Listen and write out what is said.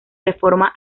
reforma